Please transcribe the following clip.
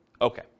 Okay